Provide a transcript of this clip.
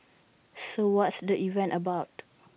so what's the event about